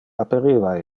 aperiva